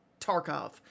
Tarkov